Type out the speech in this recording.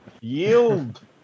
Yield